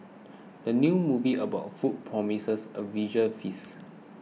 the new movie about food promises a visual feast